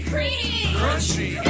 Crunchy